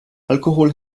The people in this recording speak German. alkohol